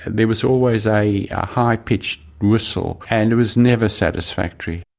there was always a high-pitched whistle and it was never satisfactory.